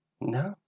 No